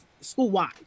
school-wide